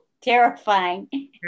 terrifying